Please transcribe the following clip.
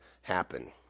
happen